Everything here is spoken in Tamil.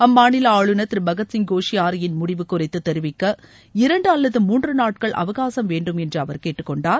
அம்மாநில ஆளுநர் திரு பகத்சிய் கோஷியாரியின் முடிவு குறித்து தெரிவிக்க இரண்டு அல்லது மூன்று நாட்கள் அவகாசம் வேண்டுமென்று அவர் கேட்டுக் கொண்டார்